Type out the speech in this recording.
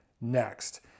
next